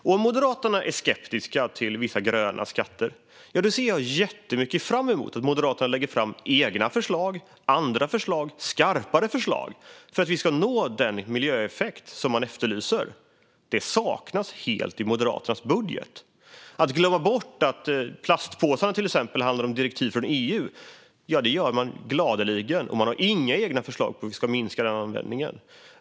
Om Moderaterna är skeptiska till vissa gröna skatter ser jag jättemycket fram emot att Moderaterna lägger fram egna förslag, andra förslag och skarpare förslag på hur vi ska nå den miljöeffekt man efterlyser. Det saknas helt i Moderaternas budget. Man glömmer gladeligen bort att till exempel skatten på plastpåsarna handlar om direktiv från EU, och man har inga egna förslag på hur vi ska minska den användningen.